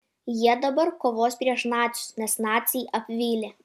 jie dabar kovos prieš nacius nes naciai apvylė